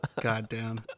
Goddamn